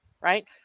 right